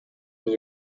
new